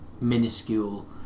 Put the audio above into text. minuscule